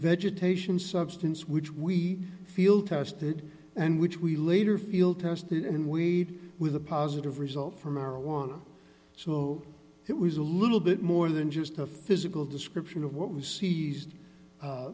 vegetation substance which we field tested and which we later field tested in weighed with a positive result for marijuana so it was a little bit more than just a physical description of what was se